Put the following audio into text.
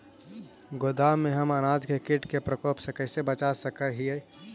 गोदाम में हम अनाज के किट के प्रकोप से कैसे बचा सक हिय?